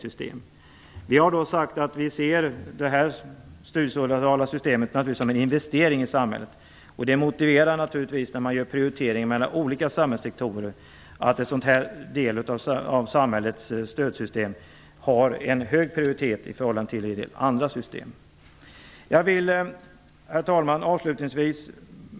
Vi har sagt att vi ser det studiesociala systemet som en investering. Att en sådan här del av samhällets stödsystem har en hög prioritet i förhållande till andra system motiverar en prioritering i förhållande till andra samhällssektorer. Herr talman!